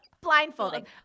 blindfolding